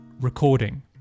recording